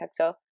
pixel